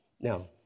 Now